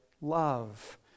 love